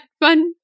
fun